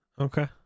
Okay